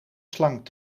slang